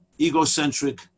egocentric